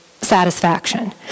satisfaction